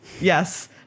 yes